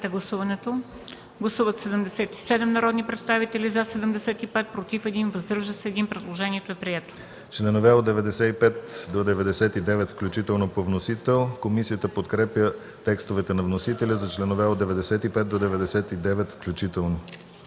Гласували 70 народни представители: за 69, против няма, въздържал се 1. Предложението е прието.